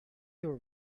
your